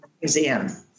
museum